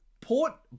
Port